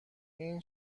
این